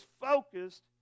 focused